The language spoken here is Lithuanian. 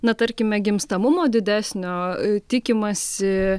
na tarkime gimstamumo didesnio tikimasi